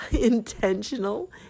intentional